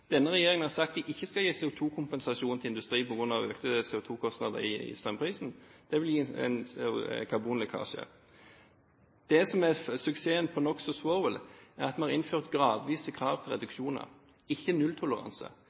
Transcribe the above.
Denne regjeringen har sagt at de ikke skal gi CO2-kompensasjon til industrien på grunn av økte CO2-kostnader i strømprisen. Det vil gi en karbonlekkasje. Det som er suksessen når det gjelder NOx og svovel, er at man har innført gradvise krav til reduksjoner – ikke nulltoleranse.